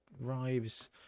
rives